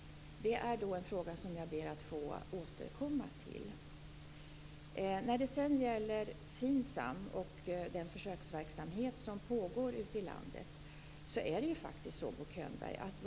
Det är en fråga som jag ber att få återkomma till. Vad sedan gäller FINSAM och den försöksverksamhet som pågår ute i landet gäller följande.